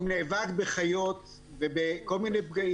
אני נאבק בחיות ובכל מיני פגעים,